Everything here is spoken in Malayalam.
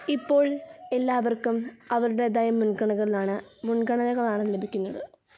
ഇപ്പോൾ എല്ലാവർക്കും അവരുടേതായ മുൻഗണകളിലാണ് മുൻഗണനകളാണ് ലഭിക്കുന്നത്